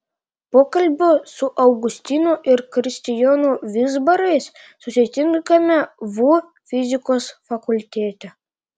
pokalbio su augustinu ir kristijonu vizbarais susitinkame vu fizikos fakultete